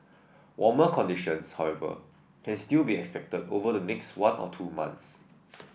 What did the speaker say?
warmer conditions however can still be expected over the next one or two months